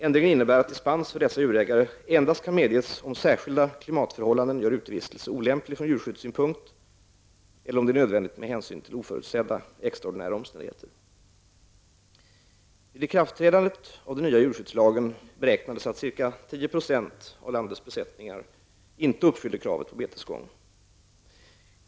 Ändringen innebär att dispens för dessa djurägare endast kan medges om särskilda klimatförhållanden gör utevistelse olämplig från djurskyddssynpunkt eller om det är nödvändigt med hänsyn till oförutsedda extraordinära omständigheter. Vid ikraftträdandet av den nya djurskyddslagen beräknades att ca 10 % av landets besättningar inte uppfyllde kravet på betesgång.